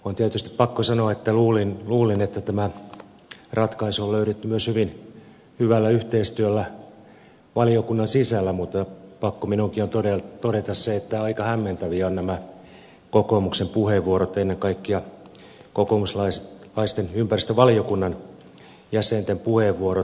on tietysti pakko sanoa että luulin että tämä ratkaisu on löydetty myös hyvin hyvällä yhteistyöllä valiokunnan sisällä mutta pakko minunkin on todeta se että aika hämmentäviä ovat nämä kokoomuksen puheenvuorot ja ennen kaikkea kokoomuslaisten ympäristövaliokunnan jäsenten puheenvuorot